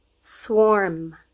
swarm